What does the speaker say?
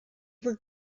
were